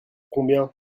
combien